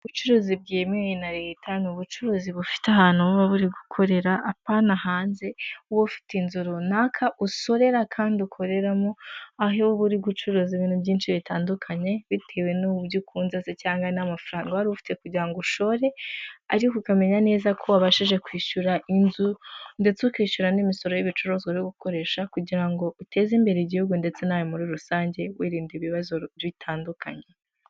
Ubucuruzi bwemewe na leta ni ubucuruzi bufite ahantu buba buri gukorera apana hanze, uba ufite inzu runaka usorera kandi ukoreramo, aho uri gucuruza ibintu byinshi bitandukanye bitewe n'ububyo ukunze cyane n'amafaranga wari ufite kugira ngo ushore, ariko ukamenya neza ko wabashije kwishyura inzu ndetse ukishyura n'imisoro y'ibicuruzwa byo gukoresha kugirango uteze imbere igihugu ndetse na nawe muri rusange wirinda ibibazo bitandukanye.